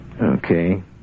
Okay